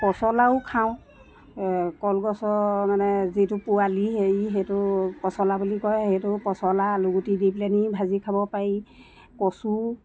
পচলাও খাওঁ কলগছৰ মানে যিটো পোৱালি সেই সেইটো পচলা বুলি কয় সেইটো পচলা আলুগুটি দি পেলানি ভাজি খাব পাৰি কচু